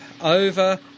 over